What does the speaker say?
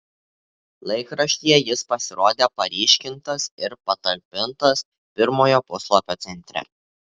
laikraštyje jis pasirodė paryškintas ir patalpintas pirmojo puslapio centre